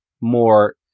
more